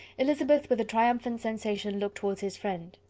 elizabeth, with a triumphant sensation, looked towards his friend.